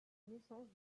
naissance